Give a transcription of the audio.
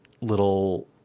little